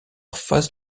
face